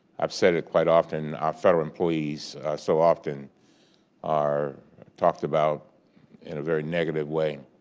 i've said it quite often. our federal employees so often are talked about in a very negative way,